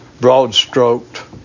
broad-stroked